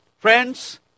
Friends